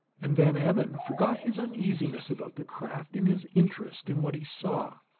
and van emmon forgot his uneasiness about the craft in his interest in what he saw.